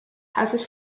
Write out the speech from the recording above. houses